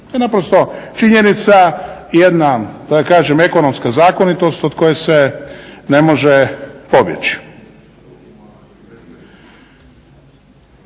To je činjenica jedna da kažem ekonomska zakonitost od koje se ne može pobjeći.